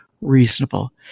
reasonable